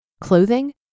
Clothing